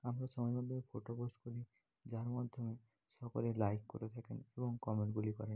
আমরা সবাই photo post করি যার মাধ্যমে সকলে লাইক করে থাকেন এবং কমেন্টগুলি করেন